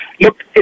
Look